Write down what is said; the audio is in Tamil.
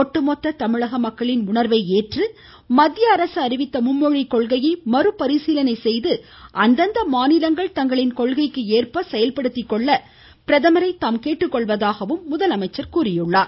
ஒட்டுமொத்த தமிழக மக்களின் உணர்வை ஏற்று மத்திய அரசு அறிவித்த மும்மொழிக் கொள்கையை மறுபரிசீலனை செய்து அந்தந்த மாநிலங்கள் தங்களின் கொள்கைக்கு ஏற்ப செயல்படுத்திக்கொள்ள பிரதமரை தாம் கேட்டுக்கொள்வதாகவும் அவர் கூறினார்